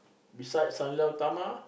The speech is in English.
beside Sang-Nila-Utama